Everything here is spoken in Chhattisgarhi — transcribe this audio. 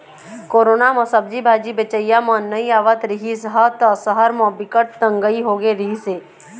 कोरोना म सब्जी भाजी बेचइया मन नइ आवत रिहिस ह त सहर म बिकट तंगई होगे रिहिस हे